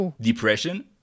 depression